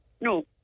No